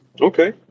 Okay